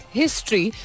history